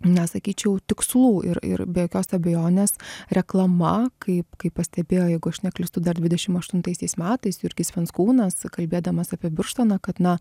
na sakyčiau tikslų ir ir be jokios abejonės reklama kaip kaip pastebėjo jeigu aš neklystu dar dvidešim aštuntaisiais metais jurgis venckūnas kalbėdamas apie birštoną kad na